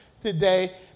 today